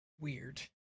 Weird